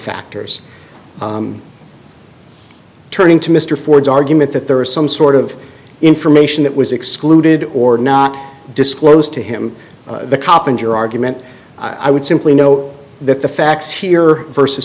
factors turning to mr ford's argument that there was some sort of information that was excluded or not disclosed to him the cop in your argument i would simply know that the facts here versus